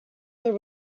there